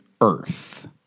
earth